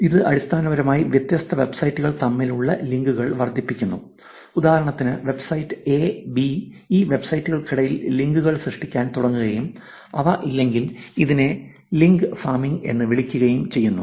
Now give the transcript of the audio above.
ഇത് അടിസ്ഥാനപരമായി വ്യത്യസ്ത വെബ്സൈറ്റുകൾ തമ്മിലുള്ള ലിങ്കുകൾ വർദ്ധിപ്പിക്കുന്നു ഉദാഹരണത്തിന് വെബ്സൈറ്റ് എ ബി ഈ വെബ്സൈറ്റുകൾക്കിടയിൽ ലിങ്കുകൾ സൃഷ്ടിക്കാൻ തുടങ്ങുകയും അവ ഇല്ലെങ്കിൽ അതിനെ ലിങ്ക് ഫാമിംഗ് എന്ന് വിളിക്കുകയും ചെയ്യുന്നു